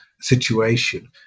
situation